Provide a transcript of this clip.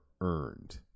earned